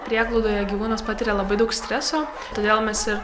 prieglaudoje gyvūnas patiria labai daug streso todėl mes ir